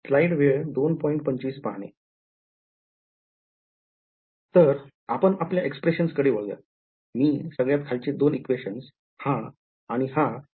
तर आपण आपल्या experssions कडे वळूयात मी सगळ्यात खालचे दोन equations हा आणि हा वापरणार आहे